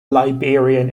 liberian